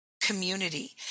community